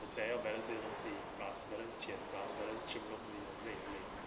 I say must balance 这种东西和 plus balance 前东西累累